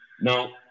Now